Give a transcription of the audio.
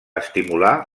estimular